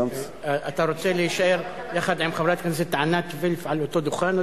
אתה רוצה להישאר יחד עם חברת הכנסת עינת וילף על אותו דוכן,